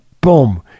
boom